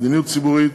מדיניות ציבורית,